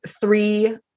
three